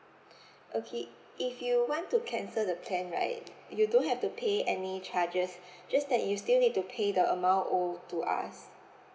okay if you want to cancel the plan right you don't have to pay any charges just that you still need to pay the amount owe to us